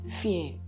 fear